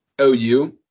OU